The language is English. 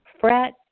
fret